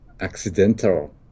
accidental